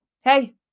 hey